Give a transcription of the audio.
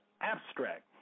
abstract